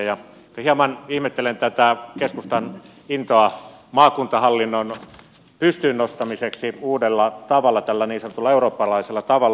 ehkä hieman ihmettelen tätä keskustan intoa maakuntahallinnon pystyyn nostamiseksi uudella tavalla tällä niin sanotulla eurooppalaisella tavalla